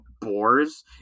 boars